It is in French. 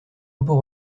impôt